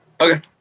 Okay